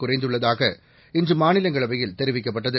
குறைந்துள்ளதாக இன்று மாநிலங்களவையில் தெரிவிக்கப்பட்டது